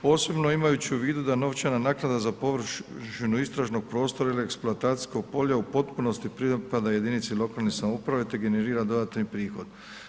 Posebno imajući u vidu da novčana naknada za područje istražnog prostora ili eksploatacijskog polja u potpunosti pripada jedinici lokalne samouprave te generira dodatni prihod.